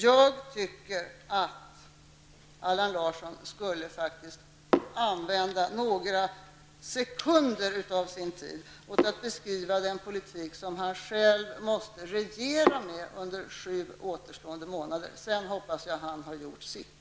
Jag tycker att Allan Larsson faktiskt skulle kunna använda några sekunder av sin tid till att beskriva den politik som han själv måste regera med under sju återstående månader. Sedan hoppas jag att han har gjort sitt.